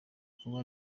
kuba